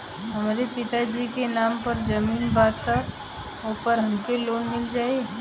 हमरे पिता जी के नाम पर जमीन बा त ओपर हमके लोन मिल जाई?